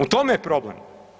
U tome je problem.